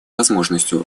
возможностью